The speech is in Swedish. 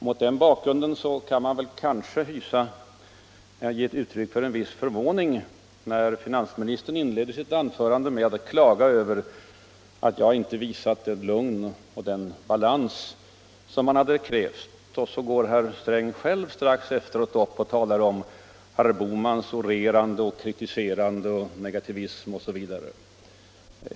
Mot den bakgrunden kan man kanske ge uttryck för en viss förvåning när finansministern först inleder ett anförande med att klaga över att jag inte visat det lugn och den balans som han hade krävt men sedan strax efteråt själv i samma anförande talar om herr Bohmans orerande, kritiserande, negativism osv.